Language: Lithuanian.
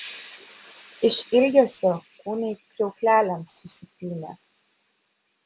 iš ilgesio kūnai kriauklelėn susipynė